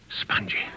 Spongy